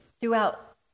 throughout